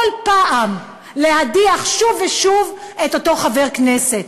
פעם להדיח שוב ושוב את אותו חבר כנסת?